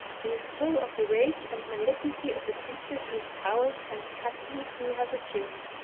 he is fall of the rage and malignity of the creatures whose powers and passions he has assumed.